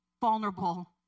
vulnerable